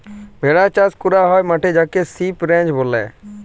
ভেড়া চাস ক্যরা হ্যয় মাঠে যাকে সিপ রাঞ্চ ব্যলে